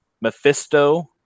Mephisto